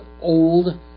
old